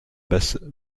bassett